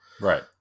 right